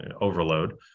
overload